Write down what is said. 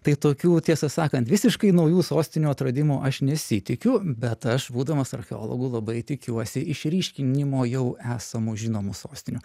tai tokių tiesą sakant visiškai naujų sostinių atradimų aš nesitikiu bet aš būdamas archeologu labai tikiuosi išryškinimo jau esamų žinomų sostinių